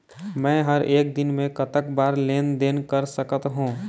मे हर एक दिन मे कतक बार लेन देन कर सकत हों?